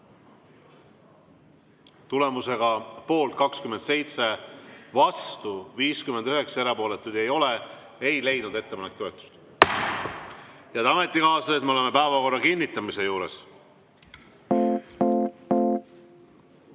Tulemusega poolt 27, vastu 59, erapooletuid ei ole, ei leidnud ettepanek toetust. Head ametikaaslased, me oleme päevakorra kinnitamise juures.